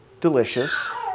delicious